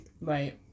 Right